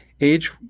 age